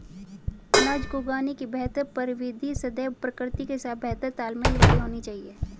अनाज को उगाने की बेहतर प्रविधि सदैव प्रकृति के साथ बेहतर तालमेल वाली होनी चाहिए